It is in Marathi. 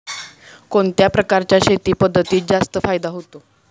कोणत्या प्रकारच्या शेती पद्धतीत जास्त फायदा होतो?